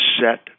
set